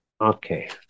Okay